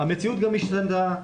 המציאות גם השתנתה,